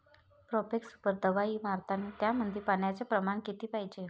Profex super दवाई मारतानी त्यामंदी पान्याचं प्रमाण किती पायजे?